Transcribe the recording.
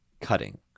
cutting